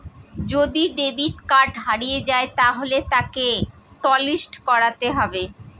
যদি debit card হারিয়ে যায় তাহলে তাকে টলিস্ট করাতে হবে